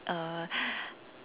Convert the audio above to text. uh